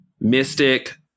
mystic